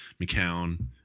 McCown